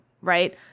Right